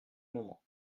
moment